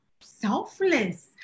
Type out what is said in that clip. selfless